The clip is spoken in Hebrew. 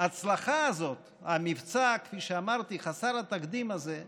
ההצלחה הזאת, המבצע, כפי שאמרתי, חסר התקדים הזה,